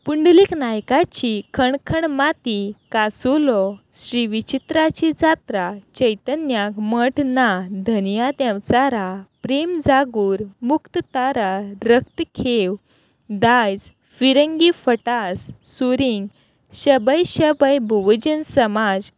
पुंडलीक नायकाची खण खण माती कांसुलो श्री विचित्राची जात्रा चैतन्याक मठ ना धन्या देंवचारा प्रेम जागोर मुक्तताय रक्तखेव दायज फिरंगी फटास सुरींग शबै शबै भोवजन समाज